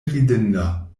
ridinda